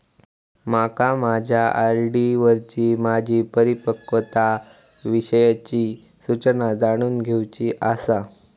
माका माझ्या आर.डी वरची माझी परिपक्वता विषयची सूचना जाणून घेवुची आसा